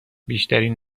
بیشترین